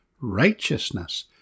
righteousness